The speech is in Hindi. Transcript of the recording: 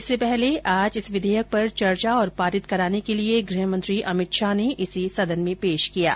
इससे पहले आज इस विधेयक पर चर्चा और पारित कराने के लिए गृह मंत्री अमित शाह ने इसे सदन में पेश किया गया